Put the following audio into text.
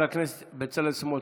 חבר הכנסת בצלאל סמוטריץ'